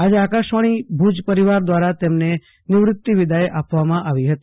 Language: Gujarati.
આજે આકાશવાણી ભુજ પરિવાર દ્વારા તેમને નિવૃત વિદાય આપવામાં આવી હતી